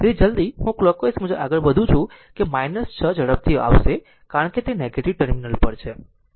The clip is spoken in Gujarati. તેથી જલદી હું કલોકવાઈઝ મુજબ આગળ વધું છું કે 6 ઝડપથી આવશે કારણ કે તે નેગેટીવ ટર્મિનલ પર છે